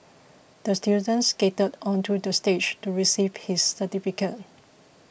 the student skated onto the stage to receive his certificate